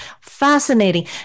fascinating